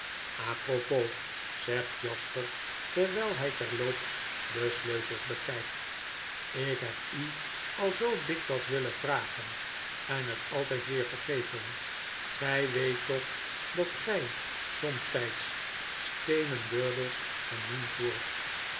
o s zegt jasper terwijl hij terloops de sleutels bekijkt ik heb u al zoo dikwijls willen vragen en het altijd weer vergeten gij weet toch dat gij somtijds steenen durdels genoemd wordt